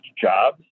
jobs